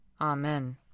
Amen